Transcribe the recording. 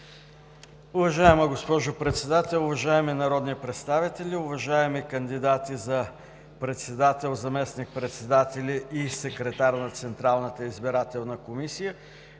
Уважаема госпожо Председател, уважаеми народни представители, уважаеми кандидати за председател, заместник-председатели и секретар на Централната избирателна комисия!